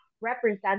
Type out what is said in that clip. represent